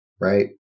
right